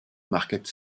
mark